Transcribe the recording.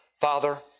Father